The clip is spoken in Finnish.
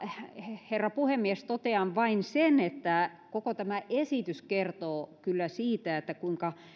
herra puhemies totean vain sen että koko tämä esitys kertoo kyllä siitä kuinka